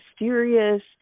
mysterious